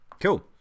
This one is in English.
cool